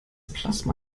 plasma